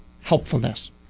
helpfulness